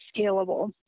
scalable